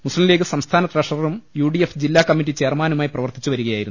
മുസ്തീം League സംസ്ഥാന ട്രഷററും U D F ജില്ലാ കമ്മിറ്റി ചെയർമാനുമായി പ്രവർത്തിച്ചുവരികയായിരുന്നു